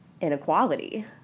inequality